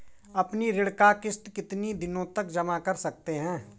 अपनी ऋण का किश्त कितनी दिनों तक जमा कर सकते हैं?